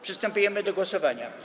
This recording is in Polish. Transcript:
Przystępujemy do głosowania.